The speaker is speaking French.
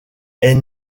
est